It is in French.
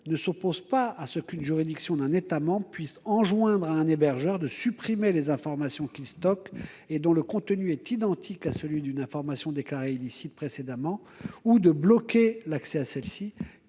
ne s'oppose pas à ce qu'une juridiction d'un État membre puisse enjoindre à un hébergeur de supprimer les informations qu'il stocke et dont le contenu est identique à celui d'une information déclarée illicite précédemment ou de bloquer l'accès à celle-ci,